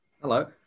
Hello